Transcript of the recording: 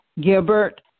Gilbert